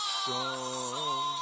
song